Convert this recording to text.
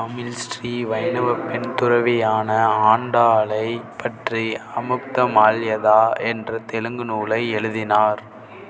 தமிழ் ஸ்ரீ வைணவப் பெண் துறவியான ஆண்டாளை பற்றி அமுக்தமால்யதா என்ற தெலுங்கு நூலை எழுதினார்